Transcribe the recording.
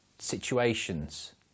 situations